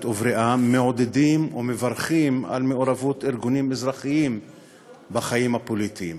ובריאה מעודדים ומברכים על מעורבות ארגונים אזרחיים בחיים הפוליטיים.